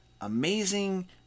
amazing